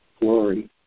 glory